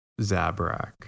Zabrak